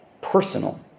personal